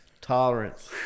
Tolerance